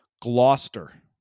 Gloucester